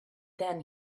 then